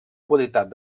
qualitat